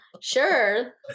Sure